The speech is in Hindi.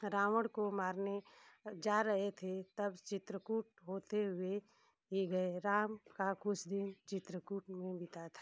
रावण को मारने जा रहे थे तब चित्रकूट होते हुए ही गए राम का कुछ दिन चित्रकूट में बीता था